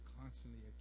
constantly